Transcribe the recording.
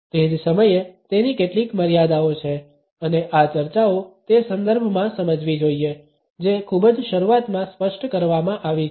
તે જ સમયે તેની કેટલીક મર્યાદાઓ છે અને આ ચર્ચાઓ તે સંદર્ભમાં સમજવી જોઈએ જે ખૂબ જ શરૂઆતમાં સ્પષ્ટ કરવામાં આવી છે